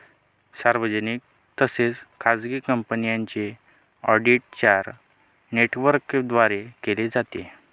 सार्वजनिक तसेच खाजगी कंपन्यांचे ऑडिट चार नेटवर्कद्वारे केले जाते